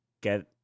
get